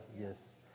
yes